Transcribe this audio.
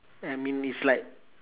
I mean is like